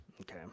okay